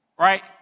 Right